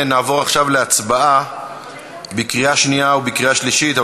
נעבור עכשיו להצבעה בקריאה שנייה ובקריאה שלישית.